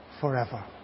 forever